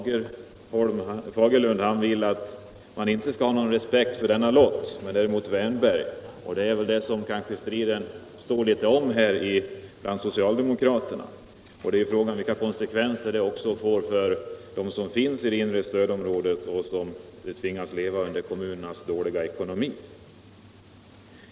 Herr Fagerlund vill inte att man skall ha någon respekt för lotten, men det vill herr Wärnberg. Det är kanske där striden står bland socialdemokraterna. Frågan är också vilka konsekvenserna blir för dem som bor i det inre stödområdet och tvingas leva under kommunernas dåliga ekonomi.